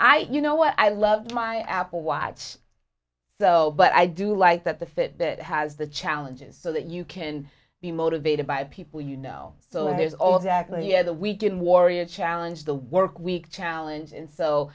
i you know i love my apple watch so but i do like that the fitbit has the challenges so that you can be motivated by people you know so there's all of that here the weekend warrior challenge the work week challenge and so